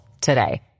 today